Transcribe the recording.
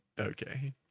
okay